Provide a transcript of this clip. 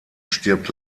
stirbt